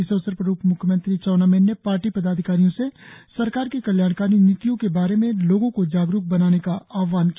इस अवसर पर उपम्ख्यमंत्री चाउना मैन ने पार्टी पदाधिकारियों से सरकार की कल्याणकारी नीतियों के बारे में लोगों को जागरुक बनाने का आहवान किया